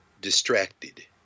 distracted